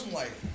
life